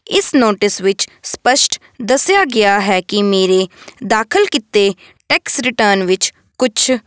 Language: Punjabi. ਇਸ ਨੋਟਿਸ ਵਿੱਚ ਸਪੱਸ਼ਟ ਦੱਸਿਆ ਗਿਆ ਹੈ ਕਿ ਮੇਰੇ ਦਾਖਲ ਕੀਤੇ ਟੈਕਸ ਰਿਟਰਨ ਵਿੱਚ ਕੁਛ